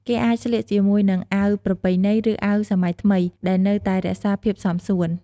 គេអាចស្លៀកជាមួយនឹងអាវប្រពៃណី ឬអាវសម័យថ្មីដែលនៅតែរក្សាភាពសមសួន។